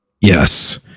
Yes